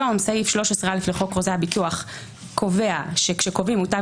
סעיף 13(א) לחוק חוזה הביטוח קובע שכשקובעים מוטב